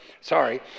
Sorry